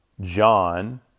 John